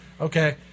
Okay